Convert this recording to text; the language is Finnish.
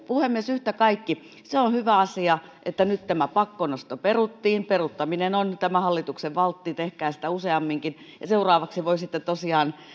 puhemies yhtä kaikki se on hyvä asia että nyt tämä pakkonosto peruttiin peruuttaminen on tämän hallituksen valtti tehkää sitä useamminkin seuraavaksi voisitte tosiaan